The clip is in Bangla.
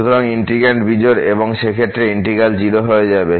সুতরাং ইন্টিগ্র্যান্ড বিজোড় এবং যে ক্ষেত্রে এই ইন্টিগ্র্যাল হয়ে যাবে 0